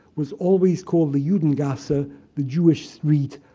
was always called the yeah judengasse, the jewish suite.